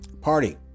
party